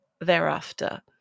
thereafter